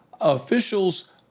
officials